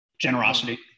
Generosity